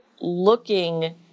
looking